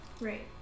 Right